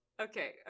okay